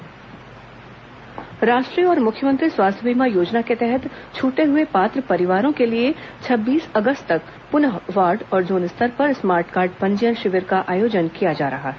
smart card शिविर राष्ट्रीय और मुख्यमंत्री स्वास्थ्य बीमा योजना के तहत छूटे हुए पात्र परिवारों के लिए छब्बीस अगस्त तक पुनः वार्ड और जोन स्तर पर स्मार्ट कार्ड पंजीयन शिविर का आयोजन किया जा रहा है